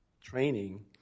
training